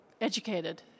educated